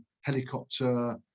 helicopter